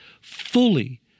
fully